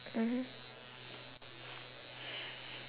mmhmm